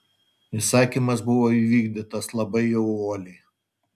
įsakymas buvo įvykdytas labai jau uoliai